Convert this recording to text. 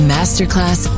Masterclass